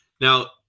Now